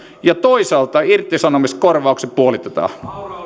ja toisaalta irtisanomiskorvaukset puolitetaan